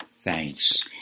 thanks